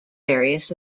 various